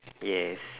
yes